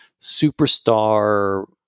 superstar